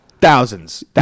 Thousands